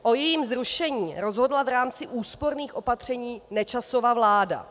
O jejím zrušení rozhodla v rámci úsporných opatření Nečasova vláda.